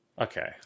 Okay